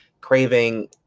craving